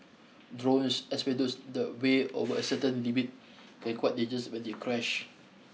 drones especially those the weigh over a certain limit can quite dangerous when they crash